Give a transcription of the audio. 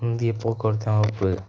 இந்திய போக்குவரத்து அமைப்பு